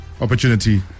opportunity